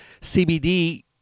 cbd